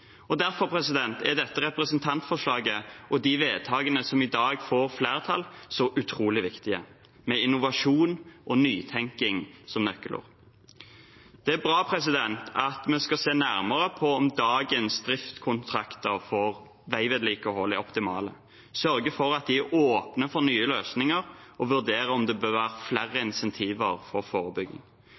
Derfor er dette representantforslaget og de vedtakene som i dag får flertall, så utrolig viktige, med innovasjon og nytenkning som nøkkelord. Det er bra at vi skal se nærmere på om dagens driftskontrakter for veivedlikehold er optimale, sørge for at de er åpne for nye løsninger, og vurdere om det bør være flere insentiver for forebygging.